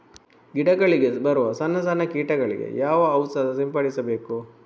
ಗಿಡಗಳಿಗೆ ಬರುವ ಸಣ್ಣ ಸಣ್ಣ ಕೀಟಗಳಿಗೆ ಯಾವ ಔಷಧ ಸಿಂಪಡಿಸಬೇಕು?